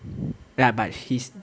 ya but he's